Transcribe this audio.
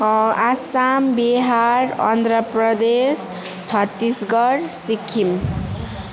Assam Bihar Andhra Pradesh Chhattisgarh Sikkim